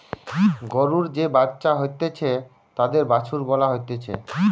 গরুর যে বাচ্চা হতিছে তাকে বাছুর বলা হতিছে